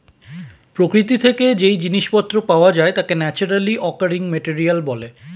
প্রকৃতি থেকে যেই জিনিস পত্র পাওয়া যায় তাকে ন্যাচারালি অকারিং মেটেরিয়াল বলে